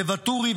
וואטורי,